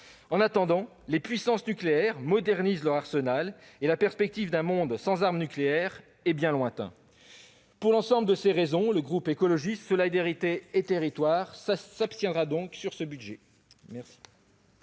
En attendant, les puissances nucléaires modernisent leur arsenal et la perspective d'un monde sans armes nucléaires est bien lointaine. Pour l'ensemble de ces raisons, le groupe Écologiste - Solidarité et Territoires s'abstiendra sur les crédits